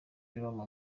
w’umupira